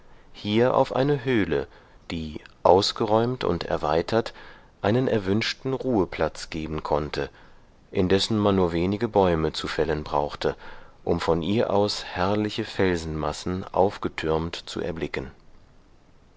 hier auf eine höhle die ausgeräumt und erweitert einen erwünschten ruheplatz geben konnte indessen man nur wenige bäume zu fällen brauchte um von ihr aus herrliche felsenmassen aufgetürmt zu erblicken